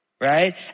right